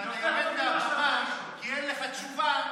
כי אין לך תשובה,